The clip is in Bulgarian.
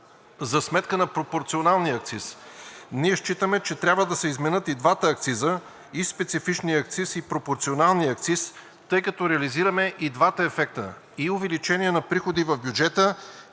за сметка на пропорционалния акциз. Ние считаме, че трябва да се изменят и двата акциза – и специфичният акциз, и пропорционалният акциз, тъй като реализираме и двата ефекта – и увеличение на приходи в бюджета,